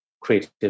creative